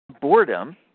boredom